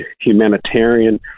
humanitarian